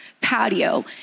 patio